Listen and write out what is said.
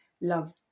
love